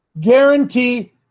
guarantee